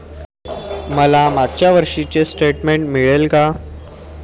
मला मागच्या वर्षीचे स्टेटमेंट मिळेल का?